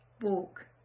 walk